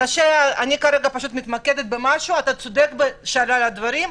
כרגע מתמקדת במשהו, אתה צודק בשאר הדברים.